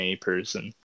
person